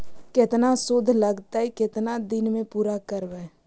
केतना शुद्ध लगतै केतना दिन में पुरा करबैय?